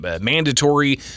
mandatory